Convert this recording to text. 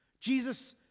Jesus